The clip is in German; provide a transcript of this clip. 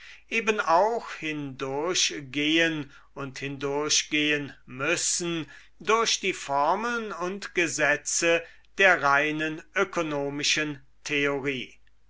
ebn auch hindurchgehen und hindurchgehen müssen durch die formeln und gesetze der reinen ökonomischen theorie